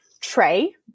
tray